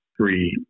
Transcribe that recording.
three